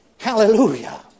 Hallelujah